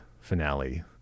finale